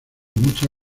muchas